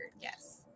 Yes